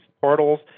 portals